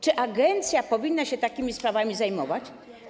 Czy agencja powinna się takimi sprawami zajmować?